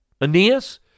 Aeneas